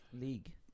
league